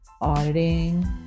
auditing